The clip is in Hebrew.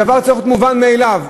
הדבר צריך להיות מובן מאליו.